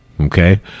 okay